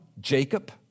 Jacob